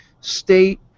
state